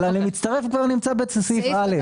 אבל המצטרף נמצא כבר בסעיף (א).